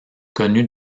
connu